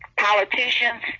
Politicians